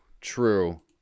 true